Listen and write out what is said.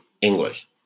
English